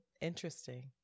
interesting